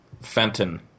Fenton